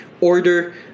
order